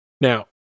Now